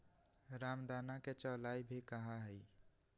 रामदाना के चौलाई भी कहा हई